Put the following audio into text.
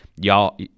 Y'all –